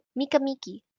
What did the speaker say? Mikamiki